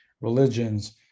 religions